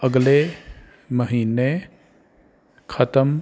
ਅਗਲੇ ਮਹੀਨੇ ਖਤਮ